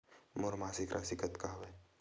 मोर मासिक राशि कतका हवय?